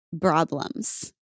Problems